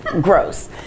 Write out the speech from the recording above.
Gross